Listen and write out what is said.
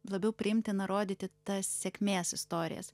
labiau priimtina rodyti tas sėkmės istorijas